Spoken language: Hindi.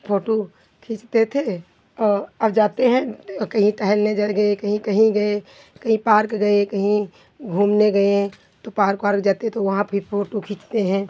फोटू खींचते थे और अब जाते हैं औ कहीं टहलने गए कहीं कहीं गए कहीं पार्क गए कहीं घूमने गएँ तो पार्क वार्क जाते तो वहाँ भी फोटू खींचते हैं